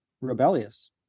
rebellious